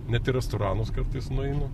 net į restoranus kartais nueinu